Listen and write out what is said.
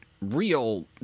real